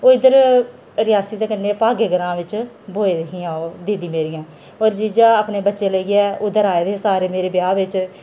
ओह् इद्धर रियासी दे कन्नै भ्यागे ग्रांऽ च ब्होई दी हियां ओह् दीदी मेरियां होर जीजा अपने बच्चे लेइयै उद्धर आए दे हे सारे मेरे ब्याह् बिच्च